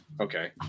Okay